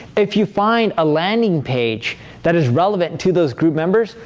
if you find a landing page that is relevant to those group members,